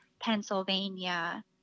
Pennsylvania